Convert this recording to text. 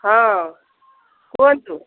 ହଁ କୁହନ୍ତୁ